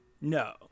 No